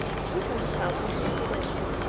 croutons help when sprinkled over.